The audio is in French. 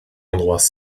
endroits